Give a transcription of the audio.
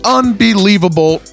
unbelievable